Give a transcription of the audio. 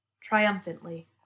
Triumphantly